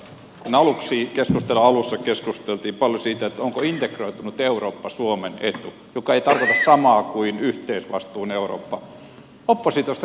kun keskustelun alussa keskusteltiin paljon siitä onko integroitunut eurooppa joka ei tarkoita samaa kuin yhteisvastuun eurooppa suomen etu oppositiosta kuului buuausta